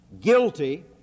guilty